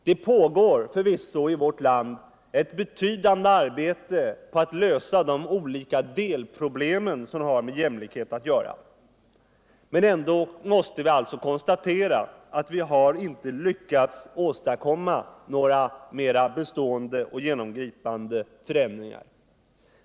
Det pågår förvisso i vårt land ett betydande arbete på att lösa de olika delproblem som har med jämlikhet att göra. Men ändå måste vi alltså konstatera att vi inte har lyckats åstadkomma några mera bestående och genomgripande förändringar.